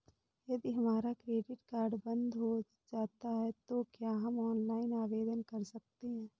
यदि हमारा credit card बंद हो जाता है तो क्या हम ऑनलाइन आवेदन कर सकते हैं?